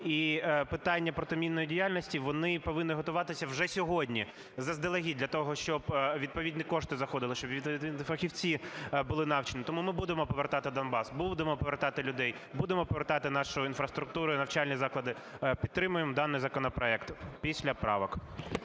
І питання промінної діяльності, вони повинні готуватися вже сьогодні заздалегідь для того, щоб відповідні кошти заходили, щоб фахівці були навчені. Тому ми будемо повертати Донбас, будемо повертати людей, будемо повертати нашу інфраструктуру і навчальні заклади. Підтримуємо даний законопроект після правок.